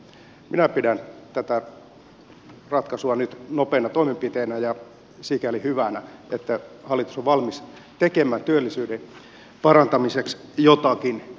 minä pidän tätä ratkaisua nyt nopeana toimenpiteenä ja sikäli hyvänä että hallitus on valmis tekemään työllisyyden parantamiseksi jotakin